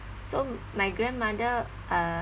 so my grandmother uh